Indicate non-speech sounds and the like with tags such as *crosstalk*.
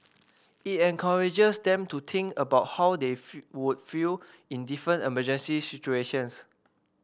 it encourages them to think about how they *unintelligible* would feel in different emergency situations